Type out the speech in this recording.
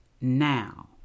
now